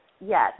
yes